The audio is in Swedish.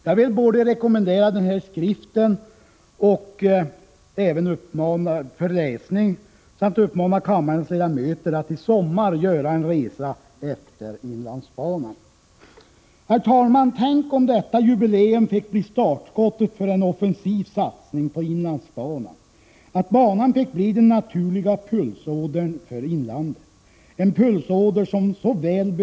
Jag vill rekommendera denna skrift till läsning samt uppmana kammarens ledamöter att i sommar göra en resa längs inlandsbanan. Tänk, herr talman, om detta jubileum fick bli startskottet för en offensiv satsning på inlandsbanan, så att banan fick bli den naturliga pulsådern för inlandet, en pulsåder som så väl — Prot.